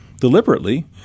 deliberately –